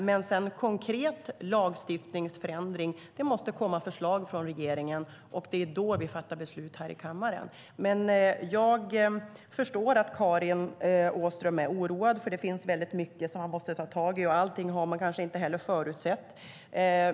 Men för en konkret lagstiftningsförändring måste det komma förslag från regeringen, och det är då vi fattar beslut här i kammaren. Jag förstår att Karin Åström är oroad, för det finns väldigt mycket som man måste ta tag i, och allting har man kanske inte heller förutsett.